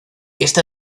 esta